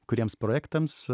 kuriems projektams